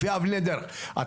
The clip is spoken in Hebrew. מופיד,